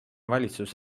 valitsus